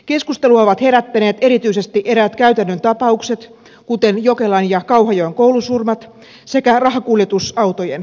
keskustelua ovat herättäneet erityisesti eräät käytännön tapaukset kuten jokelan ja kauhajoen koulusurmat sekä rahakuljetusautojen ryöstöt